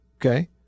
okay